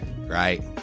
Right